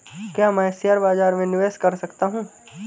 क्या मैं शेयर बाज़ार में निवेश कर सकता हूँ?